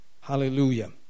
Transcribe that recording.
Hallelujah